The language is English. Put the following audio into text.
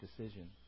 decision